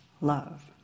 love